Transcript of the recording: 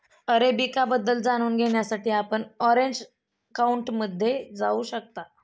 arabica बद्दल जाणून घेण्यासाठी आपण ऑरेंज काउंटीमध्ये जाऊ शकता